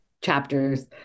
chapters